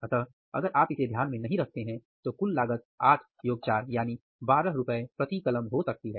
इसलिए अगर आप इसे ध्यान में नहीं रखते हैं तो कुल लागत ₹8 योग ₹4 यानी ₹12 प्रति कलम हो सकती है